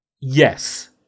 Yes